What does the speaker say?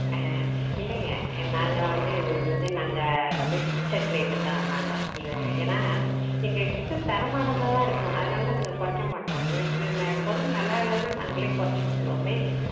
ஆ இல்லைங்க நாங்கள் வந்து இது இதை வந்து நாங்கள் வந்து ஃபிக்செட் ரேட்டு தான் நாங்கள் இந்த ஏன்னால் எங்கள் கிட்டே தரமானதாக தான் இருக்கும் அதனால் தான் நாங்கள் குறைக்க மாட்டோம் எங்களுக்கு பொருள் நல்லா இல்லைன்னா நாங்களே குறைச்சிக் கொடுத்துருவோமே